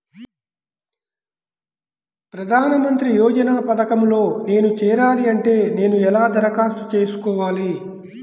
ప్రధాన మంత్రి యోజన పథకంలో నేను చేరాలి అంటే నేను ఎలా దరఖాస్తు చేసుకోవాలి?